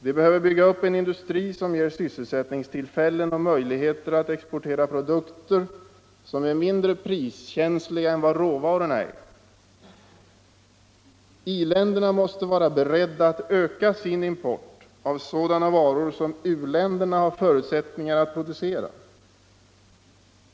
De behöver bygga upp en industri som ger sysselsättningstillfällen och möjligheter att exportera produkter som är mindre priskänsliga än vad råvarorna är. I-länderna måste vara beredda att öka sin import av sådana varor som u-länderna har förutsättningar att producera.